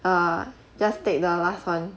err just take the last one